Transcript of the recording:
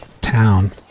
town